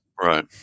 right